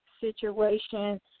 situation